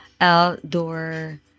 outdoor